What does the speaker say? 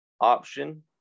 option